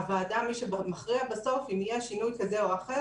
ומי שמכריע בסוף אם יהיה שינוי כזה או אחר,